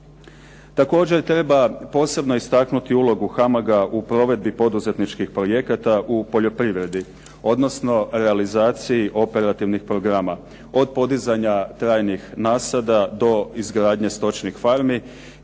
Također treba posebno istaknuti ulogu HAMAG-a u provedbi poduzetničkih projekata u poljoprivredi, odnosno realizaciji operativnih programa od podizanja trajnih nasada do izgradnje stočnih farmi